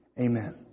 Amen